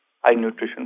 high-nutrition